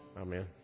Amen